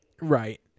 Right